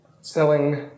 selling